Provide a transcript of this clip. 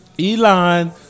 Elon